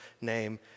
name